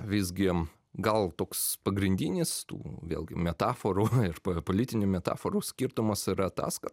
visgi gal toks pagrindinis tų vėlgi metaforų ir politinių metaforų skirtumas yra tas kad